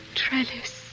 trellis